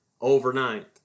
overnight